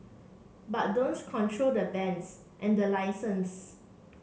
but control the bands and the licenses